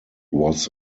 was